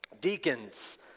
deacons